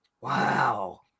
Wow